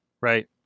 right